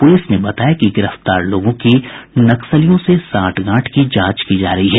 प्रलिस ने बताया कि गिरफ्तार लोगों की नक्सलियों से सांठगांठ की जांच की जा रही है